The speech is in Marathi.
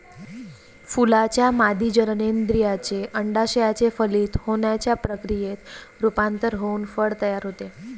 फुलाच्या मादी जननेंद्रियाचे, अंडाशयाचे फलित होण्याच्या प्रक्रियेत रूपांतर होऊन फळ तयार होते